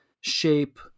shape